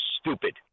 stupid